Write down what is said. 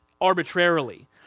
arbitrarily